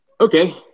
Okay